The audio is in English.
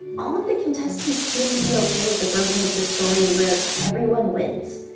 all of the contestants seem to be okay with the version of the story where everyone wins.